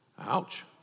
Ouch